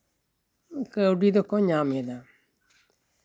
ᱠᱟᱹᱣᱰᱤ ᱫᱚᱠᱚ ᱧᱟᱢ ᱮᱫᱟ